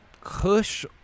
Cush